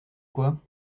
quoi